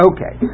Okay